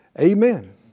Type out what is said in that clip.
Amen